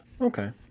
Okay